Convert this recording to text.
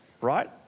right